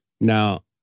Now